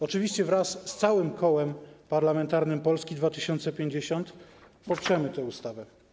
Oczywiście wraz z całym Kołem Parlamentarnym Polska 2050 poprę tę ustawę.